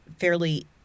fairly